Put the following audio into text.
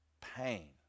pain